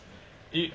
it